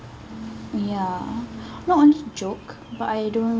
ya not only joke but I don't